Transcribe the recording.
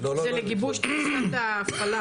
לגיבוש תפיסת ההפעלה.